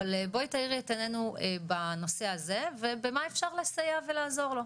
אבל בואי תאירי את עינינו בנושא הזה ובמה אפשר לסייע ולעזור לו?